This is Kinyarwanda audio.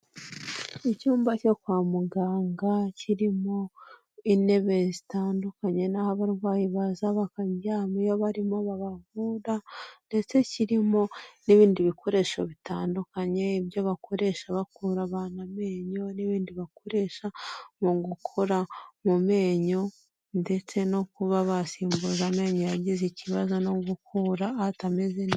Icyumba cyo kwa muganga, kirimo intebe zitandukanye n'aho abarwayi baza bakaryama iyo barimo babavura, ndetse kirimo n'ibindi bikoresho bitandukanye, ibyo bakoresha bakura abantu amenyo, n'ibindi bakoresha mu gukora mu menyo, ndetse no kuba basimbuza amenyo yagize ikibazo, no gukura atameze neza.